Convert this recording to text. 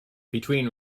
between